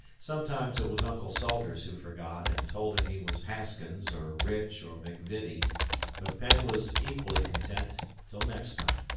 sometimes it was uncle salters who forgot, and told him he was haskins or rich or mcvitty but penn was equally content till next time.